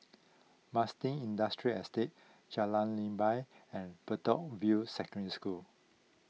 Marsiling Industrial Estate Jalan Leban and Bedok View Secondary School